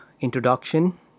introduction